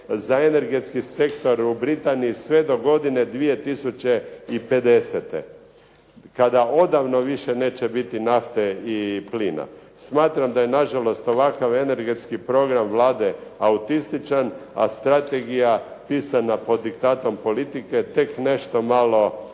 za energetski sektor u Britaniji sve do godine 2050. kada odavno više neće biti nafte i plina. Smatram da je nažalost ovakav energetski program Vlade autističan, a strategija pisana pod diktatom politike tek nešto malo